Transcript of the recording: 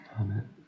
Amen